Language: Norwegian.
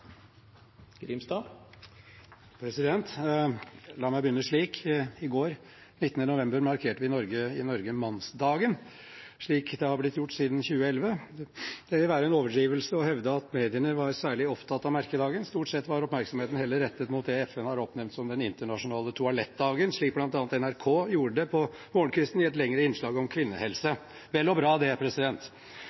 La meg begynne slik: I går, 19. november, markerte vi i Norge mannsdagen, slik det har blitt gjort siden 2011. Det vil være en overdrivelse å hevde at mediene var særlig opptatt av merkedagen. Stort sett var oppmerksomheten heller rettet mot det FN har oppnevnt som den internasjonale toalettdagen, slik bl.a. NRK gjorde det på morgenkvisten, i et lengre innslag om kvinnehelse. Det er vel og bra, men det